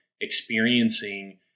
experiencing